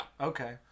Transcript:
Okay